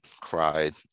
cried